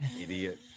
Idiot